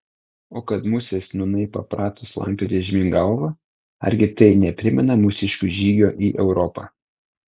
o kad musės nūnai paprato slankioti žemyn galva argi tai neprimena mūsiškių žygio į europą